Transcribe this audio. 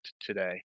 today